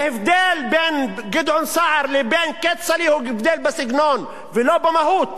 ההבדל בין גדעון סער לבין כצל'ה הוא הבדל בסגנון ולא במהות.